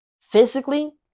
physically